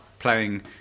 playing